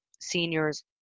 seniors